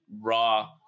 Raw